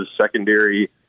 secondary